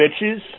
bitches